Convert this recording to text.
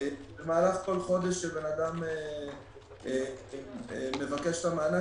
במהלך כל חודש שאדם מבקש את המענק,